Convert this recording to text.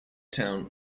town